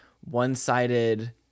one-sided